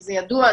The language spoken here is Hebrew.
זה ידוע.